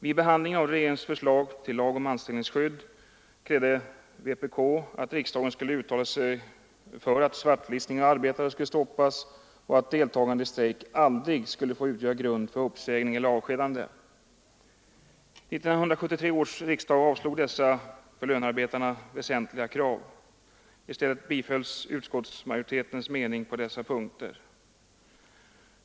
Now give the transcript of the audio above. Vid behandlingen av regeringens förslag till lag om anställningsskydd krävde vänsterpartiet kommunisterna att riksdagen skulle uttala sig för att svartlistning av arbetare skulle stoppas och att deltagande i strejk aldrig skulle få utgöra grund för uppsägning eller avskedande. 1973 års riksdag avslog dessa för lönarbetarna väsentliga krav. I stället bifölls utskottsmajoritetens mening på dessa punkter.